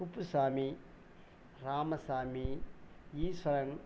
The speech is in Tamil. குப்புசாமி ராமசாமி ஈஸ்வரன்